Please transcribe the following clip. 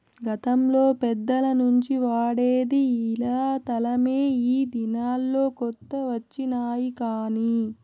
గతంలో పెద్దల నుంచి వాడేది ఇలా తలమే ఈ దినాల్లో కొత్త వచ్చినాయి కానీ